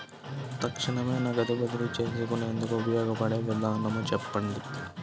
తక్షణమే నగదు బదిలీ చేసుకునేందుకు ఉపయోగపడే విధానము చెప్పండి?